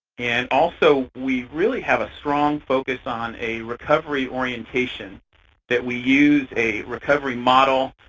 and also we really have a strong focus on a recovery orientation that we use a recovery model.